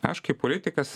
aš kaip politikas